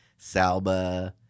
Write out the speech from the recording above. Salba